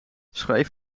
schrijf